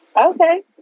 Okay